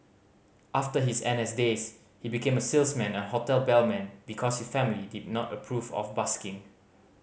after his N S days he became a salesman and hotel bellman because his family did not approve of busking